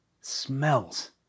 smells